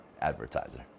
Advertiser